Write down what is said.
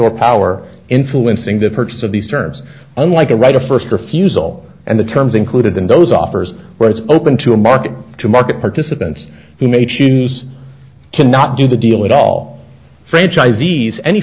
or power influencing the purchase of these terms unlike a right of first refusal and the terms included in those offers where it's open to a market to market participants who may choose to not do the deal at all franchisees any